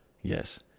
Yes